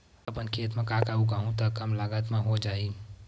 अपन खेत म का का उगांहु त कम लागत म हो जाही?